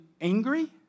angry